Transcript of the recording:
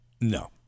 No